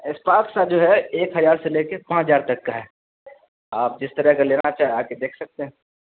sparks کا جو ہے ایک ہزار سے لے کے پانچ ہزار تک کا ہے آپ جس طرح کا لینا چاہیں آ کے دیکھ سکتے ہیں